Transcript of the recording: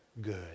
good